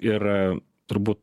ir turbūt